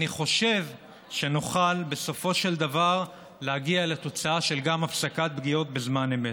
אני חושב שנוכל בסופו של דבר להגיע גם לתוצאה של הפסקת פגיעות בזמן אמת.